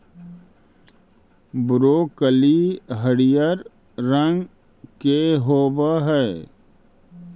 broccoli हरियर रंग के होब हई